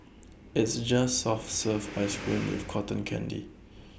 it's just soft serve Ice Cream with Cotton Candy